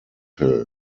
hill